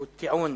שהוא טיעון